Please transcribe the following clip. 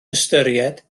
ystyried